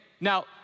now